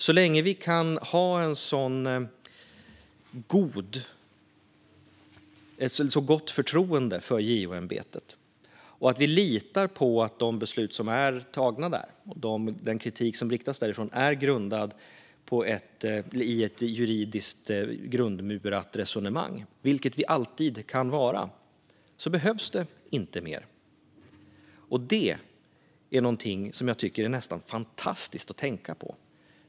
Så länge vi kan ha ett så gott förtroende för JO-ämbetet att vi litar på att de beslut som är tagna där och den kritik som riktas därifrån är grundade i ett juridiskt grundmurat resonemang, vilket vi alltid kan göra, behövs det inte mer. Det är någonting som jag tycker är nästan fantastiskt att tänka på.